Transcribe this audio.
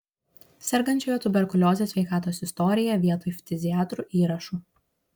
sergančiojo tuberkulioze sveikatos istoriją vietoj ftiziatrų įrašų